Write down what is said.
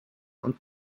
und